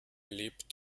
lebt